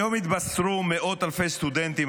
היום התבשרו מאות אלפי סטודנטים,